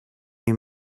you